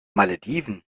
malediven